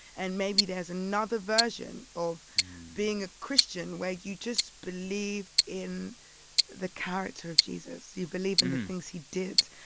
and maybe there's another version of being a christian where you just believe in the character of jesus. you believe in the things he did.